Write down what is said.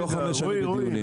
לא חמש שנים בדיונים.